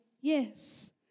yes